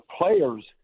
players